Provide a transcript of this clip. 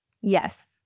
yes